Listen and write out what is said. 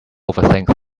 overthink